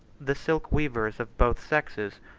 the silk weavers of both sexes,